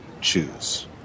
choose